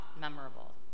memorable